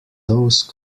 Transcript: those